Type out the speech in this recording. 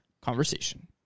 Conversation